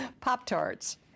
Pop-Tarts